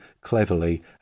cleverly